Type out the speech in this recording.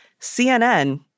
CNN